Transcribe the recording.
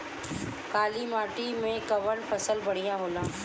काली माटी मै कवन फसल बढ़िया होला?